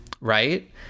Right